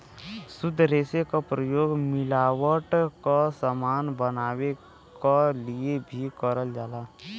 शुद्ध रेसे क प्रयोग मिलावट क समान बनावे क लिए भी करल जाला